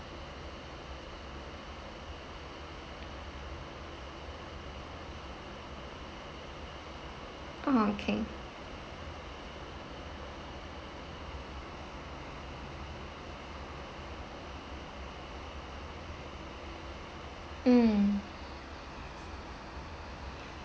orh okay mm